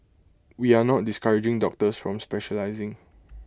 we are not discouraging doctors from specialising